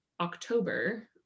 october